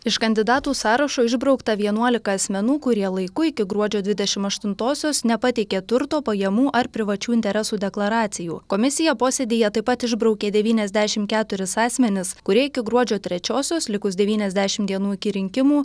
iš kandidatų sąrašo išbraukta vienuolika asmenų kurie laiku iki gruodžio dvidešim aštuntosios nepateikė turto pajamų ar privačių interesų deklaracijų komisija posėdyje taip pat išbraukė devyniasdešim keturis asmenis kurie iki gruodžio trečiosios likus devyniasdešim dienų iki rinkimų